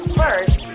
first